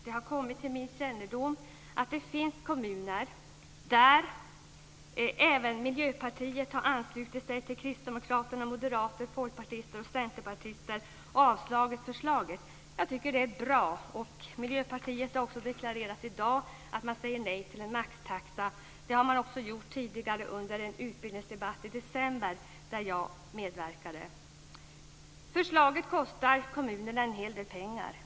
Det har kommit till min kännedom att det finns kommuner där även Miljöpartiet anslutit sig till Kristdemokraterna, Moderaterna, Folkpartiet och Centerpartiet och avslagit förslaget. Jag tycker att det är bra. Miljöpartiet har också deklarerat i dag att man säger nej till en maxtaxa. Det har man också gjort tidigare under en utbildningsdebatt i december där jag medverkade. Förslaget kostar kommunerna en hel del pengar.